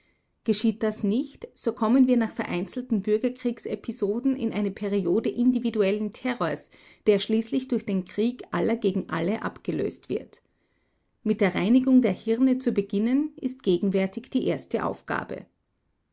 geschieht das nicht so kommen wir nach vereinzelten bürgerkriegsepisoden in eine periode individuellen terrors der schließlich durch den krieg aller gegen alle abgelöst wird mit der reinigung der hirne zu beginnen ist gegenwärtig die erste aufgabe